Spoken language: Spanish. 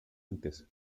antes